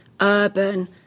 urban